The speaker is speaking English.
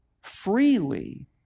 freely